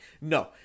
No